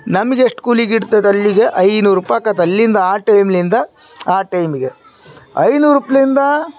ನಮಗೆಷ್ಟು ಕೂಲಿ ಗಿಟ್ತದಲ್ಲಿಗೆ ಐನೂರು ರುಪಾಯ್ ಆಗತ್ತೆ ಅಲ್ಲಿಂದ ಆ ಟೈಮ್ಲಿಂದ ಆ ಟೈಮ್ಗೆ ಐನೂರು ರುಪಾಯ್ಲಿಂದ